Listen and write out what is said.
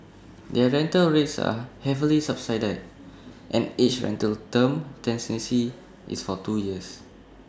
their rental rates are heavily subsidised and each rental term tenancy is for two years